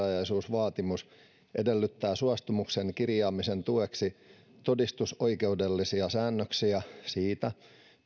vaatimus edellyttää suostumuksen kirjaamisen tueksi todistusoikeudellisia säännöksiä siitä